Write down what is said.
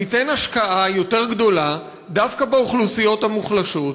ניתן השקעה יותר גדולה דווקא באוכלוסיות המוחלשות,